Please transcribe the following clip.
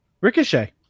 Ricochet